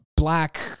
Black